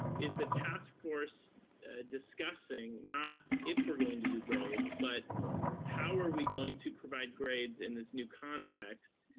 is the task force discussing not if we're going to do grades, but how are we going to provide grades in this new context,